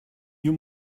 you